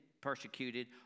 persecuted